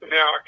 Now